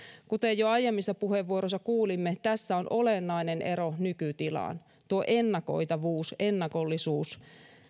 kuten jo aiemmissa puheenvuoroissa kuulimme tässä on olennainen ero nykytilaan tuo ennakoitavuus ennakollisuus